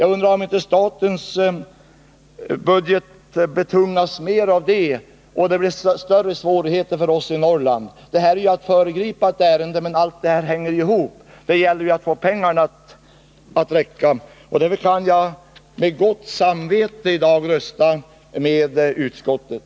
Jag undrar om inte statens budget betungas mer av järnvägen till Arlanda och svårigheterna för oss i Norrland blir större. Det är att föregripa ett ärende, men allt detta hänger ihop. Det gäller att få pengarna att räcka. Därför kan jag med gott samvete i dag rösta med utskottet.